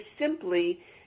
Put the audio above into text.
simply